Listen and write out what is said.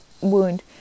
wound